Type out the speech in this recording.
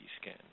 scan